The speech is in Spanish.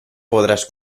podrás